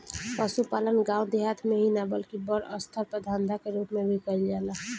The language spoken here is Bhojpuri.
पसुपालन गाँव देहात मे ही ना बल्कि बड़ अस्तर पर धंधा के रुप मे भी कईल जाला